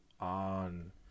on